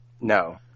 no